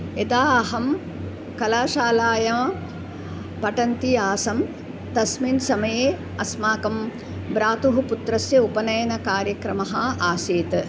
यदा अहं कलाशालायां पठन्ति आसम् तस्मिन् समये अस्माकं भ्रातुः पुत्रस्य उपनयनकार्यक्रमः आसीत्